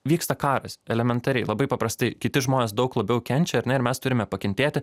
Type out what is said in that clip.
vyksta karas elementariai labai paprastai kiti žmonės daug labiau kenčia ar ne ir mes turime pakentėti